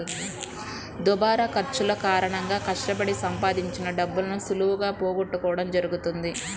దుబారా ఖర్చుల కారణంగా కష్టపడి సంపాదించిన డబ్బును సులువుగా పోగొట్టుకోడం జరుగుతది